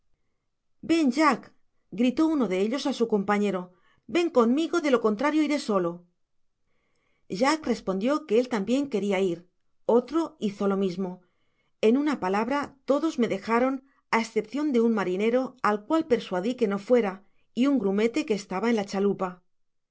jack gritó uno de ellos á su compañero ven conmigo de lo contrario iré solo jack respondió que él tambien queria ir otro hizo lo mismo en una palabra todos me dejaron á escepcion de un marineío al cual persuadi que no fuera y un grumete que estaba en la chalupa